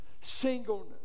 Singleness